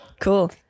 Cool